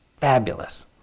fabulous